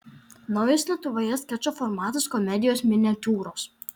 naujas lietuvoje skečo formatas komedijos miniatiūros